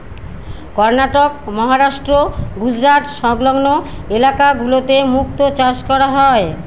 কর্ণাটক, মহারাষ্ট্র, গুজরাট সংলগ্ন ইলাকা গুলোতে মুক্তা চাষ করা হয়